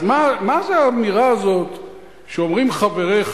אז מה זה האמירה הזו שאומרים חבריך?